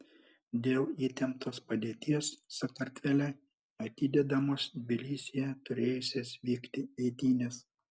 dėl įtemptos padėties sakartvele atidedamos tbilisyje turėjusios vykti eitynės